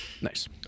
Nice